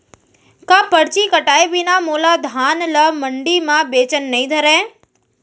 का परची कटाय बिना मोला धान ल मंडी म बेचन नई धरय?